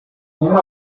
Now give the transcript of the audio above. uma